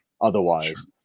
otherwise